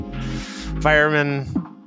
fireman